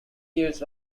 years